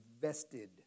vested